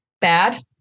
bad